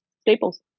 Staples